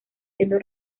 siendo